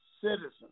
citizens